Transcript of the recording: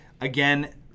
again